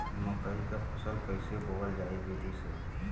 मकई क फसल कईसे बोवल जाई विधि से?